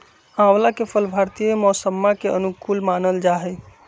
आंवला के फल भारतीय मौसम्मा के अनुकूल मानल जाहई